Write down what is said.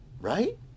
right